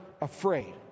afraid